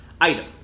Item